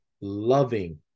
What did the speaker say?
loving